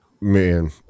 man